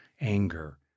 anger